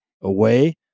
away